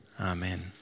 Amen